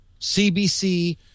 CBC